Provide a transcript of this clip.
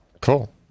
Cool